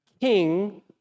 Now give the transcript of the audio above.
king